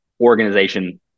Organization